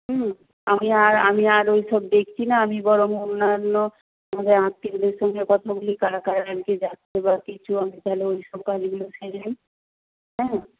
হুম আমি আর আমি আর ওই সব দেখছি না আমি বরং অন্যান্য আমাদের আত্মীয়দের সঙ্গে কথা বলি কারা কারা আজকে যাচ্ছে বা কিছু আমি তাহলে ওই সব কাজগুলো সেরে নিই হ্যাঁ